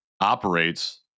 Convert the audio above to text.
operates